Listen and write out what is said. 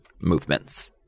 movements